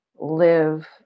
Live